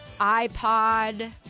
iPod